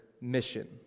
mission